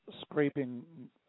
scraping